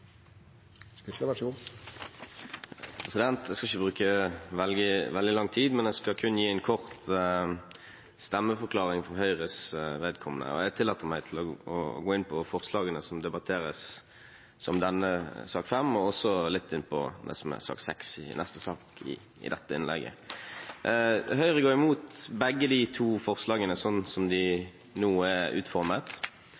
Jeg skal ikke bruke veldig lang tid, jeg skal kun gi en kort stemmeforklaring for Høyres vedkommende. Jeg tillater meg i dette innlegget å gå inn på forslagene som debatteres i denne saken, nr. 5, jeg går også litt inn på neste sak, nr. 6. Høyre går imot begge de to forslagene sånn som de nå er utformet, selv om forslagene prinsipielt sett hver for seg kan være fornuftige tilpasninger. Man kan argumentere for det.